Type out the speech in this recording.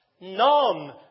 None